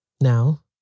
Now